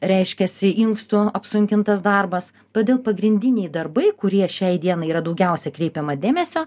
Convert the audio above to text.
reiškiasi inkstų apsunkintas darbas todėl pagrindiniai darbai kurie šiai dienai yra daugiausia kreipiama dėmesio